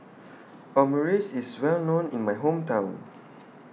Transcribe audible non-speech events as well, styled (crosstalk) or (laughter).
(noise) Omurice IS Well known in My Hometown (noise)